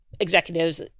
executives